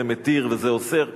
זה מתיר וזה אוסר.